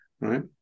right